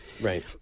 Right